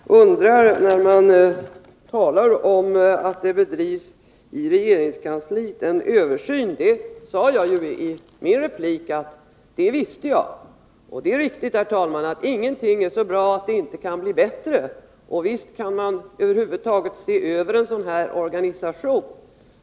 Herr talman! Anita Gradin talar om att det i regeringskansliet görs en översyn, men jag sade redan i mitt förra inlägg att jag visste det. Det är riktigt, herr talman, att ingenting är så bra att det inte kan bli bättre. Och visst kan man se över en sådan här organisation över huvud taget.